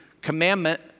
commandment